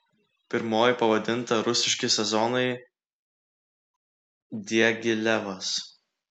pirmoji pavadinta rusiški sezonai diagilevas